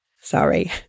Sorry